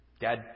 dad